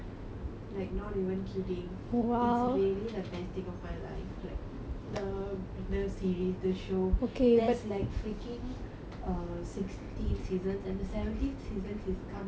like not even kidding it's really the best thing of my life like the the series the show that's like freaking err sixteen seasons and the seventeen seasons is coming up